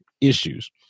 issues